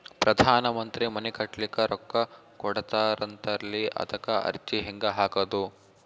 ಪ್ರಧಾನ ಮಂತ್ರಿ ಮನಿ ಕಟ್ಲಿಕ ರೊಕ್ಕ ಕೊಟತಾರಂತಲ್ರಿ, ಅದಕ ಅರ್ಜಿ ಹೆಂಗ ಹಾಕದು?